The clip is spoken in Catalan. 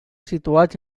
situats